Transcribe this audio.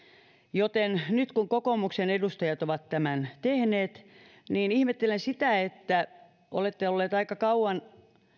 joten nyt kun kokoomuksen edustajat ovat tämän tehneet niin ihmettelen sitä kun olette olleet aika kauan